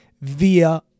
via